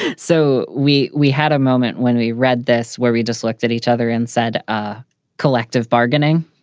so we we had a moment when we read this where we just looked at each other and said ah collective bargaining,